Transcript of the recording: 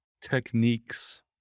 techniques